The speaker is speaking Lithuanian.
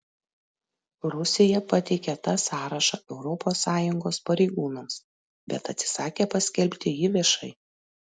rusija pateikė tą sąrašą europos sąjungos pareigūnams bet atsisakė paskelbti jį viešai